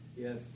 Yes